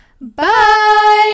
bye